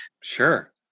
Sure